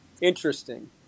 interesting